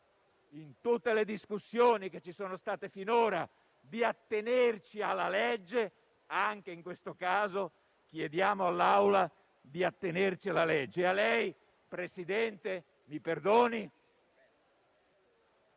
in tutte le discussioni che ci sono state finora, di attenerci alla legge, anche in questo caso chiediamo all'Assemblea di attenersi alla legge. A lei, Presidente, mi perdoni,